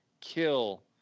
kill